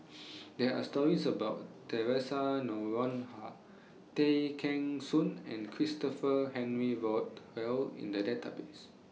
There Are stories about Theresa Noronha Tay Kheng Soon and Christopher Henry Rothwell in The Database